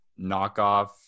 knockoff